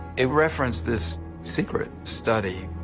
it referenced this secret study